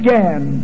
Again